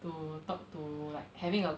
to talk to like having a